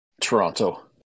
Toronto